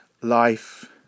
life